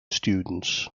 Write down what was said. students